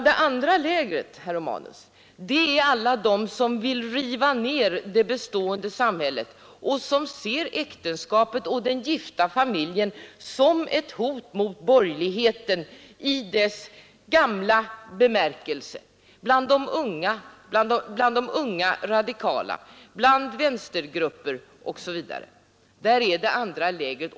Det andra lägret, herr Romanus, är alla de som vill riva ner det bestående samhället och som ser äktenskapet och den gifta familjen som ett hot och som en del av borgerligheten i dess gamla bemärkelse, dvs. de unga radikala, vänstergrupperna osv. De utgör det andra lägret.